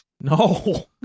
No